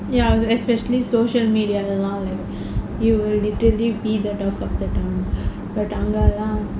ya especially social media lah you will literally be the talk of the tow~